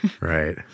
Right